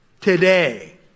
today